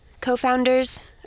co-founders